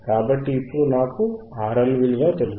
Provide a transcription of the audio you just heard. కాబట్టి ఇప్పుడు నాకు RL విలువ తెలుసు